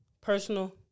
personal